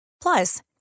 Plus